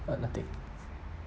uh nothing